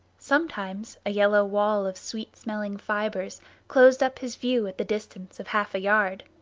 sometimes a yellow wall of sweet-smelling fibres closed up his view at the distance of half a yard.